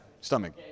stomach